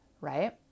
right